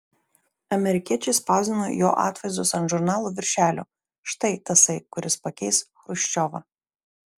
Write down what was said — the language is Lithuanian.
amerikiečiai spausdino jo atvaizdus ant žurnalų viršelių štai tasai kuris pakeis chruščiovą